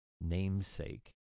namesake